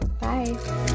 Bye